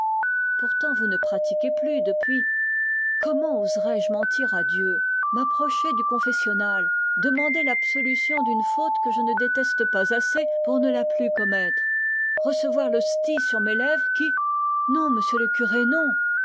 pourtant vous ne pratiquez plus comment oserais-je m'approcher du confessionnal demander l'absolution d'une faute que je ne déteste pas assez pour ne plus la commettre recevoir l'hostie sur les lèvres qui non monsieur le curé non